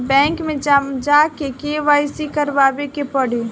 Bank मे जा के के.वाइ.सी करबाबे के पड़ी?